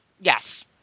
yes